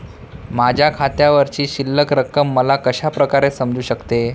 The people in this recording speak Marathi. माझ्या खात्यावरची शिल्लक रक्कम मला कशा प्रकारे समजू शकते?